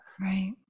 Right